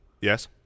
Yes